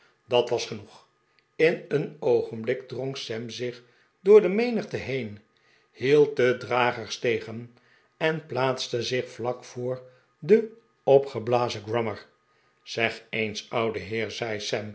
dat was genoeg in een oogenblik drong sam zich door de menigte heen hield de dragers tegen en plaatste zich vlak voor den opgeblazen grummer zeg eens oude heer zei